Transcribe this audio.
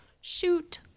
Shoot